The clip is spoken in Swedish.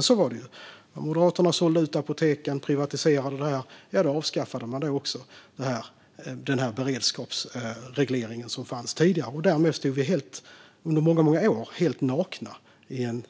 Så var det: När Moderaterna sålde ut apoteken och privatiserade området avskaffade man också beredskapsregleringen som fanns tidigare. Därmed stod vi under många år helt nakna i en